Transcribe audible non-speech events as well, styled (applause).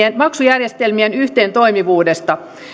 (unintelligible) ja maksujärjestelmien yhteentoimivuudesta